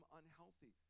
unhealthy